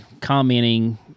commenting